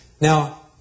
Now